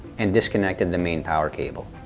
and disconnected the main power cable.